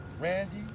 Randy